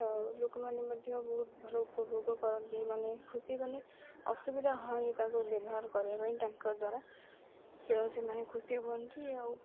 ଆଉ ଲୋକମାନେ ମଧ୍ୟ ବହୁତ ଭଲ ଉପଭୋଗ କରନ୍ତି ମାନେ ଖୁସି ମାନେ ଅସୁବିଧା ହୁଏନି ତାଙ୍କୁ ବ୍ୟବହାର କରିବା ପାଇଁ ଟ୍ୟାଙ୍କର୍ ଦ୍ୱାରା ତେଣୁ ସେମାନେ ଖୁସି ହୁଅନ୍ତି ଆଉ